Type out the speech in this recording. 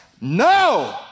no